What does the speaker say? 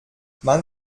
man